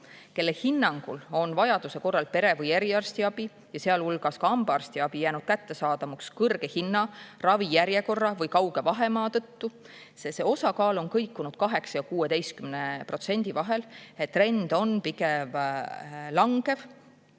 kelle hinnangul on vajaduse korral pere‑ või eriarstiabi, sealhulgas hambaarstiabi jäänud [kättesaamatuks] kõrge hinna, ravijärjekorra või kauge vahemaa tõttu, kõikunud 8% ja 16% vahel, trend on pigem langev.